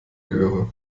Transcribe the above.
göre